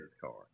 car